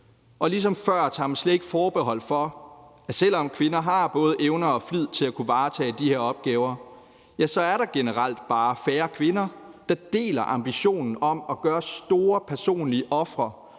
og ligesom før tager hun slet ikke forbehold for, at selv om kvinder har både evner og flid til at kunne varetage de her opgaver, er der generelt bare færre kvinder, der deler ambitionen om at bringe store personlige ofre